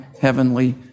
heavenly